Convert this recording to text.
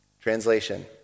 Translation